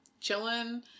chilling